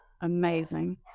amazing